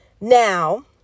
Now